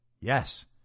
Yes